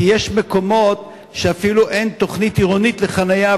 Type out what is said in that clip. כי יש מקומות שאפילו אין בהם תוכנית עירונית לחנייה,